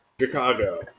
Chicago